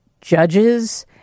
judges